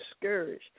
discouraged